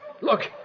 Look